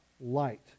light